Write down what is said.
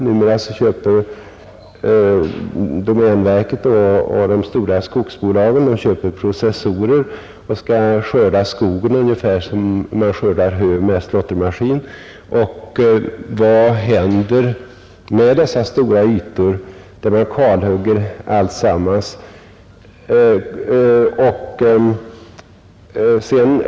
Numera köper domänverket och de stora skogsbolagen processorer och skall skörda skogen ungefär som man skördar hö med slåttermaskin. Vad händer med dessa stora ytor, där man kalhugger alltsammans?